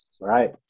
Right